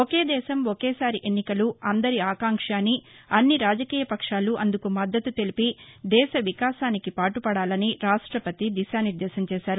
ఒకే దేశం ఒకేసారి ఎన్నికలు అందరి ఆకాంక్ష అని అన్ని రాజకీయ పక్షాలు అందుకు మద్దతు తెలిపి దేశ వికాసానికి పాటు పడాలని రాష్టపతి దిశానిర్దేశం చేశారు